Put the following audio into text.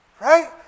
Right